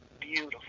Beautiful